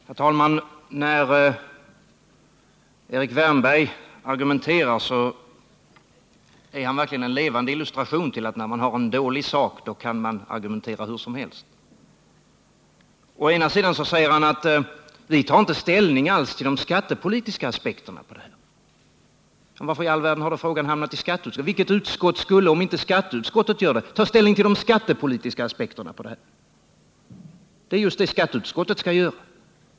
Herr talman! När Erik Wärnberg argumenterar är han verkligen en levande illustration till påståendet att när man försvarar en dålig sak kan man argumentera hur som helst. Erik Wärnberg sade att man inte tagit ställning till de skattepolitiska aspekterna. Varför i all världen har då frågan hamnat i skatteutskottet? Vilket utskott, om inte skatteutskottet, skulle ta ställning till de skattepolitiska aspekterna? Det är just det skatteutskottet skall göra.